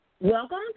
Welcome